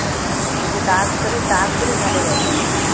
म्हणजे दहा तरी दहा तरी झाले पाहिजे आमचे